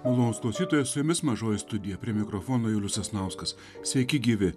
malonūs klausytojai su jumis mažoji studija prie mikrofono julius sasnauskas sveiki gyvi